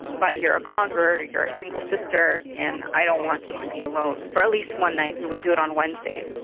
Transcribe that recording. but you're a convert or you're a single sister, and i don't want you to be alone for at least one night. we would do it on wednesdays.